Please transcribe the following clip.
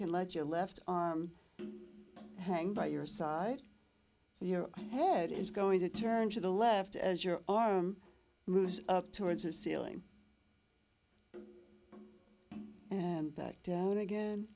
can let your left arm hang by your side so your head is going to turn to the left as your arm moves up towards the ceiling and back down